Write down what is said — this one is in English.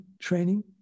training